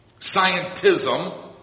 Scientism